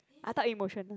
I thought emotional